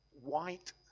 white